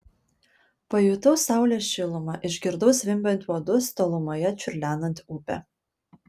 pajutau saulės šilumą išgirdau zvimbiant uodus tolumoje čiurlenant upę